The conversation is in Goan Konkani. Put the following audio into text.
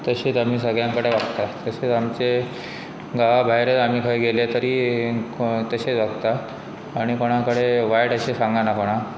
तशीच आमी सगळ्यांकडेन वागता तशेंच आमचे गांवा भायर आमी खंय गेले तरी तशेंच वागता आनी कोणााकडेन वायट अशें सांगना कोणाक